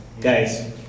Guys